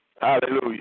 Hallelujah